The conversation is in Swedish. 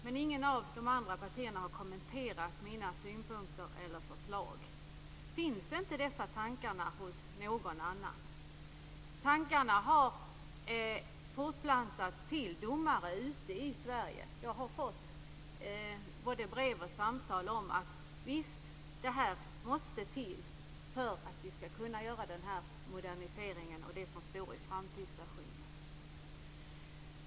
Men ingen från de andra partierna har kommenterat mina synpunkter eller förslag. Finns det inga sådana tankar hos någon annan? Dessa tankar har fortplantats till domare runtom i Sverige. Jag har fått både brev och samtal om att det här måste till för att man ska kunna genomföra en modernisering och det som står i framtidsversionen.